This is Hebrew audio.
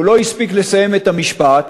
והוא לא הספיק לסיים את המשפט,